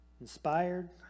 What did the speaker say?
inspired